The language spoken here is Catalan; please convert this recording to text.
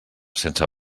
sense